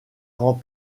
grand